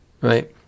Right